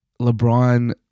LeBron